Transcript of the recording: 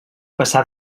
passà